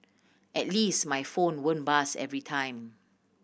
at least my phone won't buzz every time